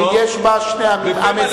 היא מדינה שיש בה שני עמים,